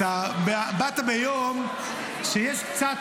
באת ביום שיש קצת,